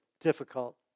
difficult